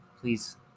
please